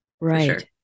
Right